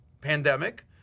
pandemic